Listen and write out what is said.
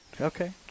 Okay